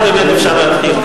עכשיו באמת אפשר להתחיל.